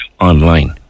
online